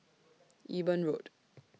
Eben Road